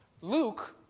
luke